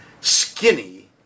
Skinny